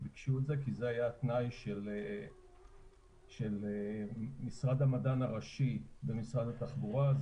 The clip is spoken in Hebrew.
כי זה היה התנאי של משרד המדען הראשי במשרד התחבורה.